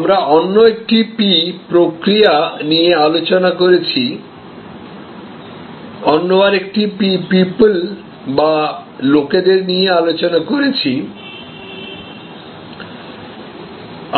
আমরা অন্য একটি পি প্রক্রিয়া নিয়ে আলোচনা করেছি অন্য আরেকটি পি বা লোকেদের নিয়ে আলোচনা করেছি